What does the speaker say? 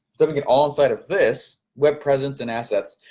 dumping it all inside of this, web presence and assets,